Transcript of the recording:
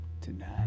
tonight